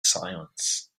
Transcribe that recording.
silence